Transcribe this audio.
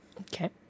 Okay